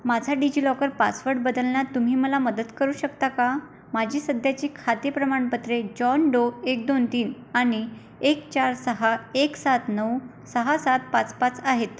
माझा डिजिलॉकर पासवर्ड बदलण्यात तुम्ही मला मदत करू शकता का माझी सध्याची खाते प्रमाणपत्रे जॉन डो एक दोन तीन आणि एक चार सहा एक सात नऊ सहा सात पाच पाच आहेत